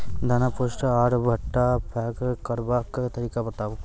दाना पुष्ट आर भूट्टा पैग करबाक तरीका बताऊ?